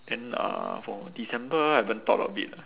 then uh for december I haven't thought of it lah